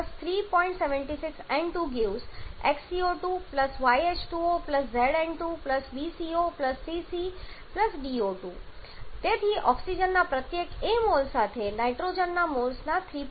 76 N2 🡪 x CO2 y H2O z N2 b CO C O2 તેથી ઓક્સિજનના પ્રત્યેક a mole સાથે નાઇટ્રોજનના મોલ્સના 3